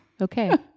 Okay